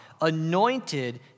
anointed